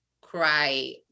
cry